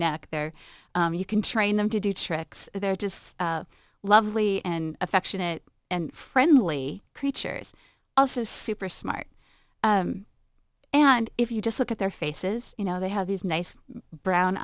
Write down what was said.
neck there you can train them to do tricks they're just lovely and affectionate and friendly creatures also super smart and if you just look at their faces you know they have these nice brown